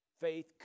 faith